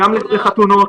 לגבי חתונות.